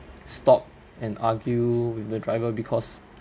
stop and argue with the driver because